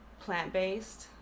plant-based